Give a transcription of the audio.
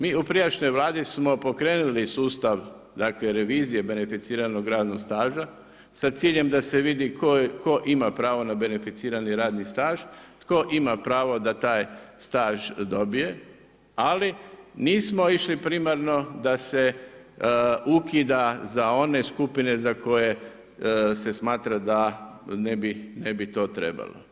Mi u prijašnjoj Vladi smo pokrenuli sustav, dakle, revizije beneficiranog radnog staža sa ciljem da se vidi tko ima pravo na beneficirani radni staž, tko ima pravo da taj staž dobije, ali nismo išli primarno da se ukida za one skupine za koje se smatra da ne bi to trebalo.